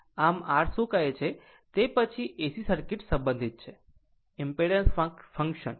આમ r શું કહે છે તે પછી AC સર્કિટ સંબંધિત છે ઈમ્પેડંસ ફંક્શન